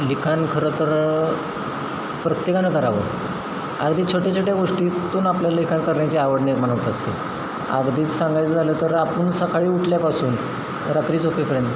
लिखाण खरं तर प्रत्येकानं करावं अगदी छोट्या छोट्या गोष्टीतून आपल्याला लेखन करण्याची आवड निर्माण होत असते अगदीच सांगायचं झालं तर आपण सकाळी उठल्यापासून रात्री झोपेपर्यंत